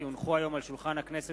כי הונחו היום על שולחן הכנסת,